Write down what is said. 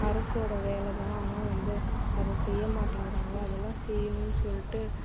அரசோட வேலை தான் ஆனால் வந்து அதை செய்ய மாட்டேங்கிறாங்க அதலாம் செய்யணுன்னு சொல்லிட்டு